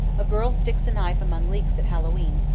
a girl sticks a knife among leeks at hallowe'en,